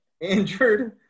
injured